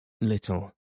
little